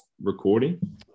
recording